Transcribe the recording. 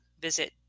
visit